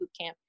Bootcamp